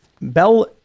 Bell